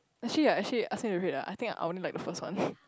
actually ya actually I think of it ah I think I only like the first one